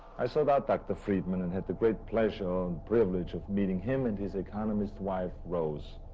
i sought out dr. friedman and had the great pleasure and privilege of meeting him and his economist wife, rose.